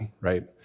right